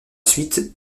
suite